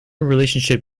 relationship